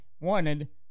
Wanted